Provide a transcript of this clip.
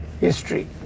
history